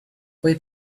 wait